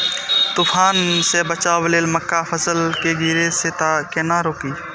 तुफान से बचाव लेल मक्का फसल के गिरे से केना रोकी?